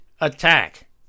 attack